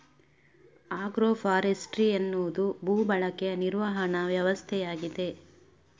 agro forestry ಎನ್ನುವುದು ಭೂ ಬಳಕೆ ನಿರ್ವಹಣಾ ವ್ಯವಸ್ಥೆಯಾಗಿದೆ